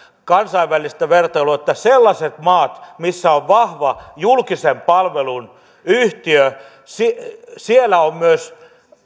kansainvälistä vertailua että sellaisissa maissa missä on vahva julkisen palvelun yhtiö on myös